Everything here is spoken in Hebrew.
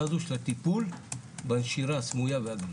הזו של הטיפול בנשירה הסמויה והגלויה.